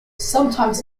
sometimes